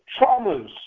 traumas